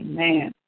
Amen